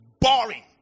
boring